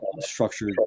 structured